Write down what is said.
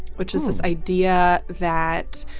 which is this idea that,